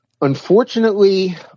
Unfortunately